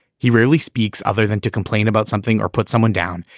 he rarely speaks other than to complain about something or put someone down.